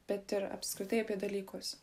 bet ir apskritai apie dalykus